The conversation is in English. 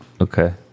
Okay